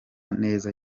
neza